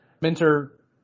Minter